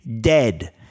dead